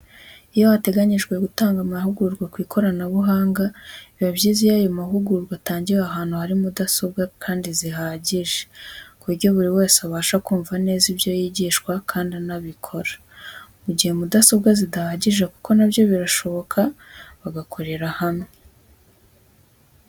Iyo hateganyijwe gutanga amahugurwa ku ikoranabuhanga biba byiza iyo ayo mahugurwa atangiwe ahantu hari mudasobwa kandi zihagije ku buryo buri wese yabasha kumva neza ibyo yigishwa kandi anabikora. Mu gihe mudasobwa zidahagije kuko na byo birashoboka, bagakorera hamwe.